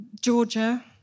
Georgia